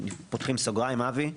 פותחים סוגריים אבי,